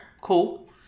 cool